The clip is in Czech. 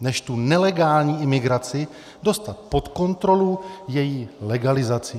než tu nelegální imigraci dostat pod kontrolu její legalizací.